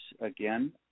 again